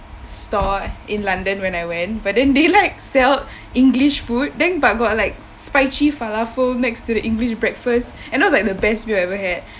store in london when I went but then they like sell english food then but got like spicy falafel next to the english breakfast and that was like the best meal I ever had